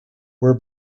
were